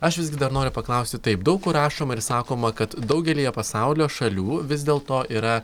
aš visgi dar noriu paklausti taip daug rašoma ir sakoma kad daugelyje pasaulio šalių vis dėl to yra